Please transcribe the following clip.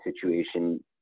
situation